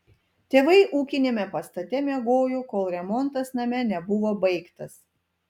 tėvai ūkiniame pastate miegojo kol remontas name nebuvo baigtas